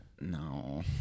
no